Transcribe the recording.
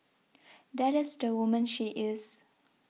that is the woman she is